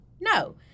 No